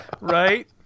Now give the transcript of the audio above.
right